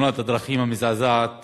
בתאונת הדרכים המזעזעת